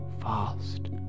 fast